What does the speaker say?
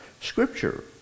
Scripture